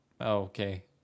okay